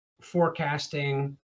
forecasting